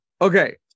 okay